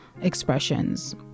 expressions